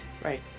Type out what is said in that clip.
Right